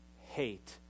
hate